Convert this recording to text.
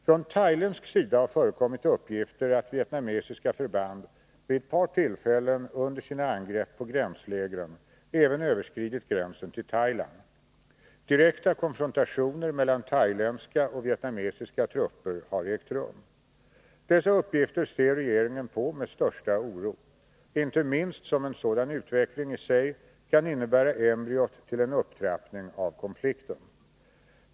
Från thailändsk sida har förekommit uppgifter att vietnamesiska förband vid ett par tillfällen under sina angrepp på gränslägren även överskridit gränsen till Thailand. Direkta konfrontationer mellan thailändska och vietnamesiska trupper har ägt rum. Dessa uppgifter ser regeringen på med största oro, inte minst som en sådan utveckling i sig kan innebära embryot till en upptrappning av konflikten.